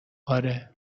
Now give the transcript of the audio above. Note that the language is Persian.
اره